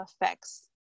effects